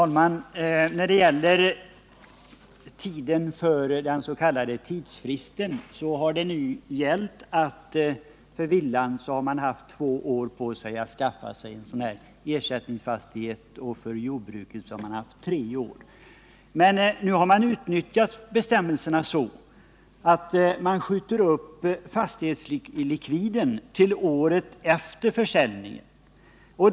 Herr talman! I fråga om den s.k. tidsfristen har man förut för villa haft två år och för jordbruksfastighet tre år på sig att skaffa ersättningsfastighet. Men man har utnyttjat bestämmelsen så att man skjuter upp fastighetslikviden till året efter försäljningen.